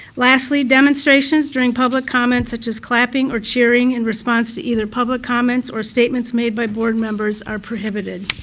lastly, demonstrations during public comments, such as clapping or cheering in response to either public comments or statements made by board members are prohibited.